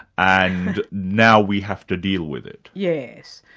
and now we have to deal with it. yes.